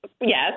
Yes